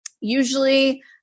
Usually